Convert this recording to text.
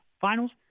Finals